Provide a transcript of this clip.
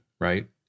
right